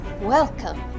Welcome